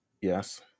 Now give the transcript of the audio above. Yes